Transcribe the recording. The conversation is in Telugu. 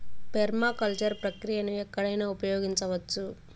పెర్మాకల్చర్ ప్రక్రియను ఎక్కడైనా ఉపయోగించవచ్చు